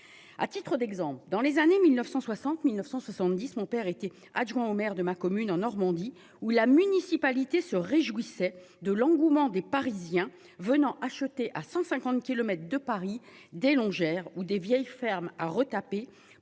À titre d'exemple, dans les années 1960 1970. Mon père était adjoint au maire de ma commune en Normandie où la municipalité se réjouissait de l'engouement des Parisiens venant acheter à 150 kilomètres de Paris, des longères ou des vieilles fermes à retaper